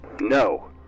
No